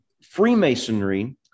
Freemasonry